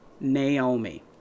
Naomi